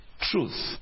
truth